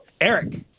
Eric